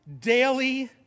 daily